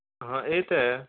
ਹਾਂ ਇਹ ਤਾਂ ਹੈ